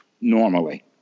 normally